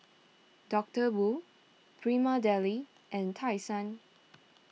Doctor Wu Prima Deli and Tai Sun